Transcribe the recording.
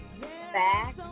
back